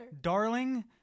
Darling